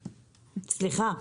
סליחה?